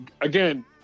again